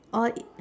or